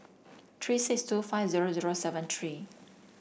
three six two five zero zero seven three